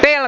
eero